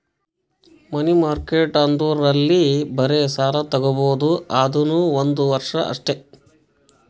ಮನಿ market ಅಂದುರ್ ಅಲ್ಲಿ ಬರೇ ಸಾಲ ತಾಗೊಬೋದ್ ಅದುನೂ ಒಂದ್ ವರ್ಷ ಅಷ್ಟೇ